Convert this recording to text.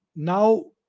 Now